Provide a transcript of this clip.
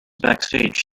backstage